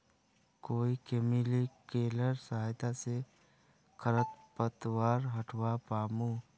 कोइ केमिकलेर सहायता से खरपतवार हटावा पामु